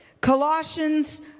Colossians